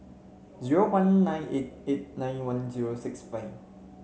zero one nine eight eight nine one zero six five